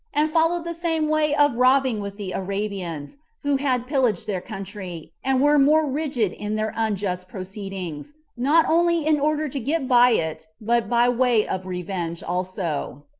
and followed the same way of robbing with the arabians, who had pillaged their country, and were more rigid in their unjust proceedings, not only in order to get by it, but by way of revenge also.